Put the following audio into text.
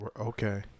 Okay